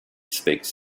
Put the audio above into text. speaks